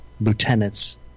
lieutenants